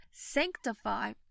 sanctify